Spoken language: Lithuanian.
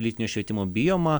lytinio švietimo bijoma